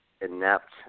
inept